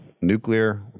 nuclear